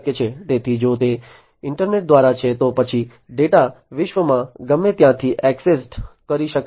તેથી જો તે ઇન્ટરનેટ દ્વારા છે તો પછી ડેટા વિશ્વમાં ગમે ત્યાંથી ઍક્સેસ કરી શકાય છે